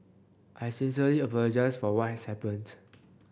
I sincerely apologise for what has happened